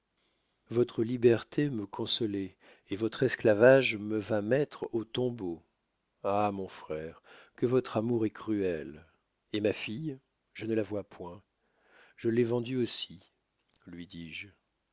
votre liberté me consoloit et votre esclavage va me mettre au tombeau ah mon frère que votre amour est cruel et ma fille je ne la vois point je l'ai vendue aussi lui dis-je